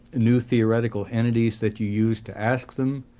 new theoretical entities that you use to ask them,